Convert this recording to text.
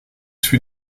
fut